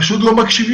פשוט לא מקשיבים.